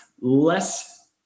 less